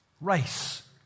race